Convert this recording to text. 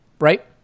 right